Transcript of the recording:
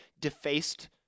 defaced